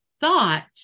thought